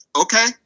Okay